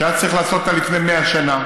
שהיה צריך לעשות אותה לפני 100 שנה,